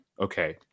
Okay